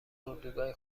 اردوگاه